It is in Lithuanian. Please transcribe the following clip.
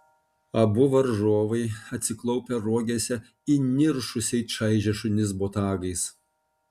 abu varžovai atsiklaupę rogėse įniršusiai čaižė šunis botagais